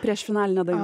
prieš finalinę dainą